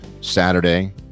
Saturday